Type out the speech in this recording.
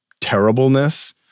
terribleness